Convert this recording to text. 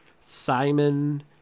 Simon